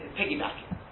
piggybacking